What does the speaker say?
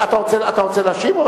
אתה רוצה להשיב או